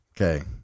Okay